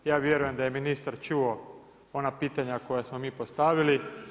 Ja vjerujem da je ministar čuo ona pitanja koja smo mi postavili.